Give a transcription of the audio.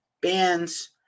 bands